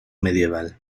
medieval